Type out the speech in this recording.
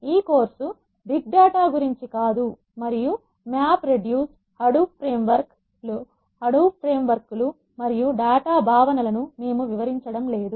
ఈ course big data గురించి కాదు మరియు map reduce Hadoop framework లు మరియు డేటా భావనలను మేము వివరించడం లేదు